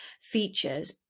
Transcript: features